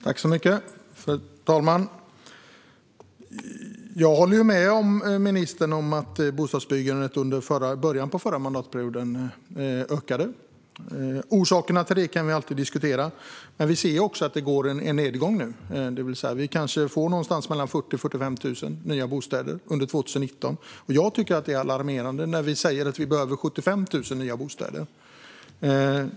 Fru talman! Jag håller med ministern om att bostadsbyggandet ökade under början av förra mandatperioden. Orsakerna till det kan vi alltid diskutera. Men vi ser också att det är en nedgång nu. Vi kanske får någonstans mellan 40 000 och 45 000 nya bostäder under 2019. Jag tycker att det är alarmerande när vi säger att vi behöver 75 000 nya bostäder.